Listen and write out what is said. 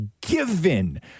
given